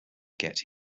get